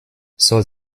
soll